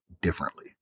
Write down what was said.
differently